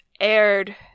aired